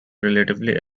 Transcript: relatively